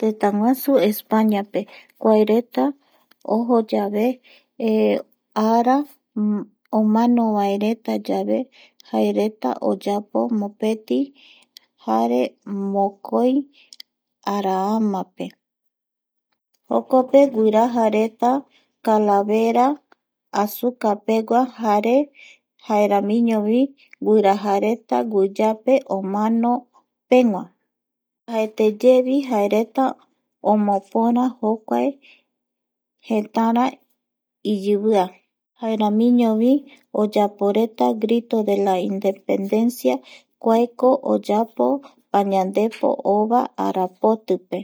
Tëtäguasu mexicope kuaereta yaikua jetayae jokope oñemongoyvae jaeko jokua mariachireta jare guinoireta ñomoiru teta iporeta ndie ani iru tetareta ndie oesakareve jokope mbae oyeapovae jare kiraiko oyaporeta tanta omboete jokope viergen de guadalupe jae kua isimboloreta jaeramiñovi ara candelaria kua omombeu supereta opama oi navidadva jokope joureta oyapo guiyape esa kua jaeko jembiu tetapegua oyemondereta guakerorami iñakairu jaema kuñareta itiru.